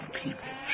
people